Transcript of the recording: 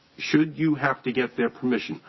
should you have to get their permission,